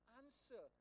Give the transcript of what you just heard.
answer